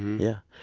yeah.